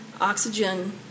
oxygen